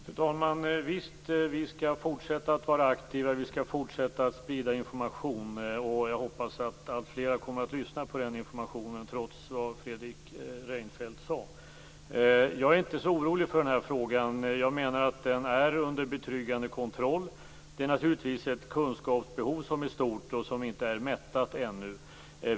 Fru talman! Visst skall vi fortsätta att vara aktiva och att sprida information, och jag hoppas att alltfler kommer att lyssna på den informationen, trots det som Jag är inte så orolig i den här frågan. Jag menar att den är under betryggande kontroll. Det finns naturligtvis ett stort kunskapsbehov, som ännu inte är mättat.